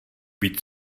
být